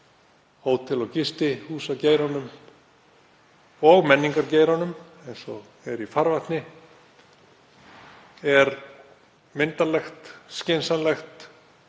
hótel- og gistihúsageiranum og menningargeiranum eins og er í farvatni, er myndarlegt, skynsamlegt.